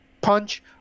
punch